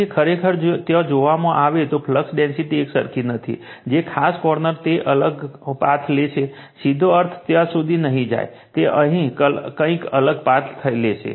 તેથી ખરેખર જો ત્યાં જોવામાં આવે તો ફ્લક્સ ડેન્સિટી એકસરખી નથી જે ખાસ કોર્નરે તે કોઈક અલગ પાથ લેશે સીધો અહીથી ત્યાં સુધી નહીં જાય તે કંઈક અલગ પાથ લઈ રહ્યો છે